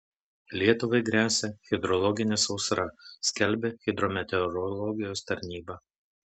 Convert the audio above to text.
lietuvai gresia hidrologinė sausra skelbia hidrometeorologijos tarnyba